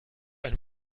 ein